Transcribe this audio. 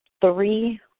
three